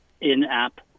in-app